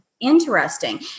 interesting